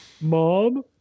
mom